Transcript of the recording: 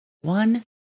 one